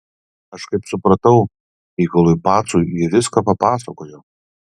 aš kaip supratau mykolui pacui ji viską papasakojo